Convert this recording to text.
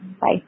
Bye